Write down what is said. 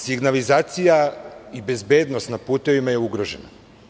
Signalizacija i bezbednost na putevima je ugrožena.